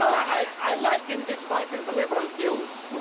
i like him despite his and liberal views.